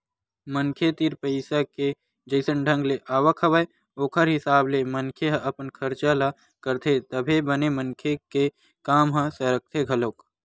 मनखे तीर पइसा के जइसन ढंग ले आवक हवय ओखर हिसाब ले मनखे ह अपन खरचा ल करथे तभे बने मनखे के काम ह सरकथे घलोक